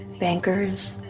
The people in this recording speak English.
bankers.